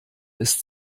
ist